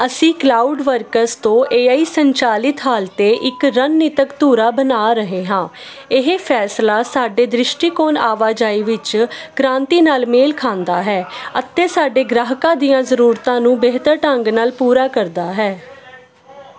ਅਸੀਂ cloud works ਤੋਂ AI ਸੰਚਾਲਿਤ ਹੱਲ 'ਤੇ ਇੱਕ ਰਣਨੀਤਕ ਧੁਰਾ ਬਣਾ ਰਹੇ ਹਾਂ ਇਹ ਫੈਸਲਾ ਸਾਡੇ ਦ੍ਰਿਸ਼ਟੀਕੋਣ ਆਵਾਜਾਈ ਵਿੱਚ ਕ੍ਰਾਂਤੀ ਨਾਲ ਮੇਲ ਖਾਂਦਾ ਹੈ ਅਤੇ ਸਾਡੇ ਗ੍ਰਾਹਕਾਂ ਦੀਆਂ ਜ਼ਰੂਰਤਾਂ ਨੂੰ ਬਿਹਤਰ ਢੰਗ ਨਾਲ ਪੂਰਾ ਕਰਦਾ ਹੈ